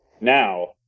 Now